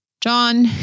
John